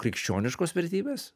krikščioniškos vertybės